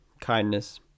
kindness